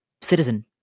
citizen